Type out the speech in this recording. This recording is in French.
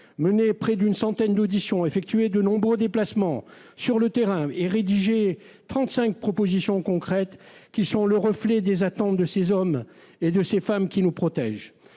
mené près d'une centaine d'auditions, effectué de nombreux déplacements sur le terrain et rédigé trente-cinq propositions concrètes qui sont le reflet des attentes de ces hommes et de ces femmes qui nous protègent.